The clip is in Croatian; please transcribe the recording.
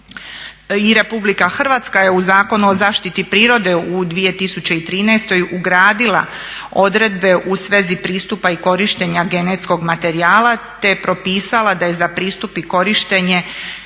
I Republika Hrvatska je u Zakonu o zaštiti prirode u 2013. ugradila odredbe u svezi pristupa i korištenja genetskog materijala te je propisala da je za pristup i korištenje